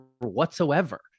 whatsoever